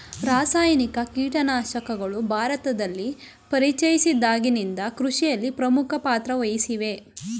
ರಾಸಾಯನಿಕ ಕೀಟನಾಶಕಗಳು ಭಾರತದಲ್ಲಿ ಪರಿಚಯಿಸಿದಾಗಿನಿಂದ ಕೃಷಿಯಲ್ಲಿ ಪ್ರಮುಖ ಪಾತ್ರ ವಹಿಸಿವೆ